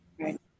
Right